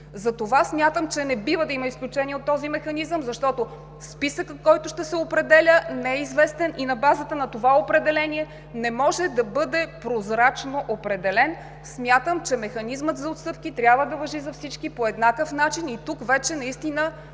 Смятам, че не бива да има изключения от този механизъм, защото списъкът, който ще се определя, не е известен и на базата на това определение не може да бъде прозрачно определен. Смятам, че механизмът за отстъпки трябва да важи за всички по еднакъв начин. И тук вече ангажиментът на